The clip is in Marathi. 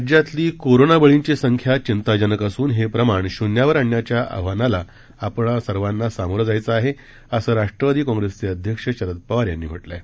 राज्यातली कोरोना बळींची संख्या चिंताजनक असून हे प्रमाण शून्यावर आणण्याच्या आव्हानाला आपण सर्वांनी सामोरे जायचं आहे असं राष्ट्रवादी काँप्रेसचे अध्यक्ष शरद पवार यांनी म्हा रों आहे